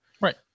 Right